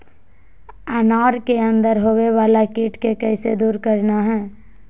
अनार के अंदर होवे वाला कीट के कैसे दूर करना है?